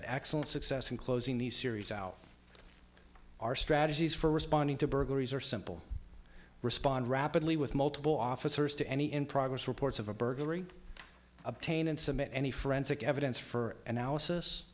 axle success in closing these series out our strategies for responding to burglaries are simple respond rapidly with multiple officers to any in progress reports of a burglary obtain and submit any forensic evidence for analysis